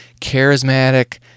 charismatic